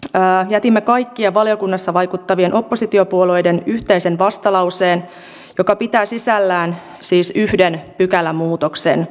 jätimme kaikkien valiokunnassa vaikuttavien oppositiopuolueiden yhteisen vastalauseen joka pitää sisällään siis yhden pykälämuutoksen